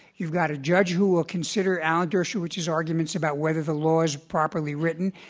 you've got to judge who will consider alan dershowitz's arguments about whether the law is properly written,